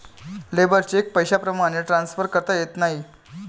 labour cheque पैशाप्रमाणे transfer करता येत नाही